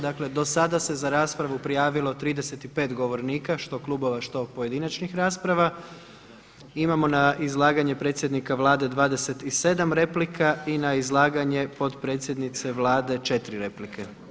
Dakle do sada se za raspravu prijavilo 35 govornika što klubova, što pojedinačnih rasprava, imamo na izlaganje predsjednika Vlade 27 replika i na izlaganje potpredsjednice Vlade 4 replike.